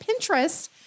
Pinterest